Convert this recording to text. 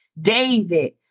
David